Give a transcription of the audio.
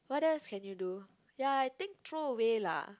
what else can you do ya I think throw away lah